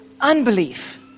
unbelief